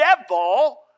devil